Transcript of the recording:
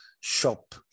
shop